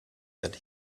that